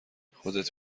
خودت